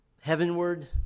heavenward